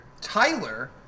Tyler